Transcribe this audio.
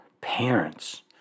parents